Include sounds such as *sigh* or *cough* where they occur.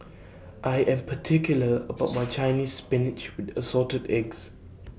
I Am particular about *noise* My Chinese Spinach with Assorted Eggs